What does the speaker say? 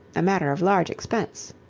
a matter of large expense.